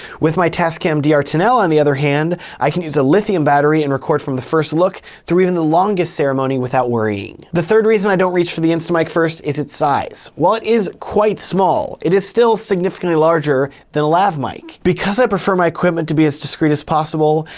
with my tascam dr ten l, on the other hand, i can use a lithium battery and record from the first look, through even the longest ceremony without worrying. the third reason i don't reach for the instamic first is its size while it is quite small, it is still significantly larger than a lav mic. because i prefer my equipment to be as discrete as possible,